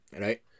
Right